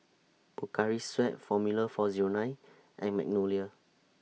Pocari Sweat Formula four Zero nine and Magnolia